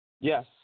Yes